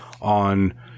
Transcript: on